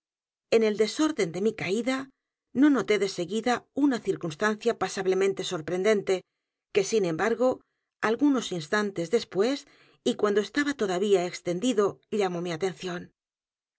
n el desorden de mi caída no noté de seguida una circunstancia pasablemente sorprendente que sin embargo algunos instantes después y cuando estaba todavía extendido llamó mi atención